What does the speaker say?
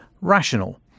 rational